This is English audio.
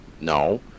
No